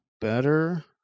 better